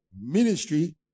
Ministry